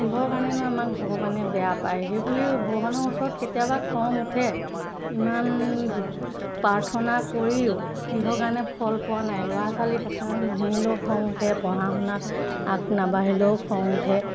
কিহৰ কাৰণেনো আমাক ভগৱানে বেয়া পায় সেই বুলি ভগৱানৰ ওচৰত কেতিয়াবা খং উঠে ইমান প্ৰাৰ্থনা কৰিও কিহৰ কাৰণে ফল পোৱা নাই ল'ৰা ছোৱালীৰ কথা নুশুনিলেও খং উঠে পঢ়া শুনাত আগ নাবাঢ়িলেও খং উঠে